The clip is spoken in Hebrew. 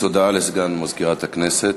הודעה לסגן מזכירת הכנסת.